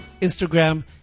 Instagram